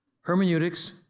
Hermeneutics